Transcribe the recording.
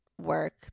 work